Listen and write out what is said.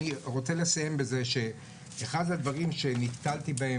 אני רוצה לסיים בזה שאחד הדברים שנתקלתי בהם